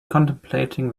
contemplating